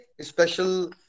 special